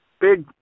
big